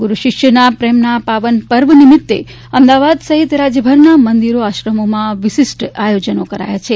ગુરુ શિષ્યના પ્રેમના આ પાવન પર્વ નિમિત્તે અમદાવાદ સહિત રાજ્યભરના મંદિરો આશ્રમોમાં વિશિષ્ટ આયોજનો કરાયા છે